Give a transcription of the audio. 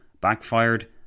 backfired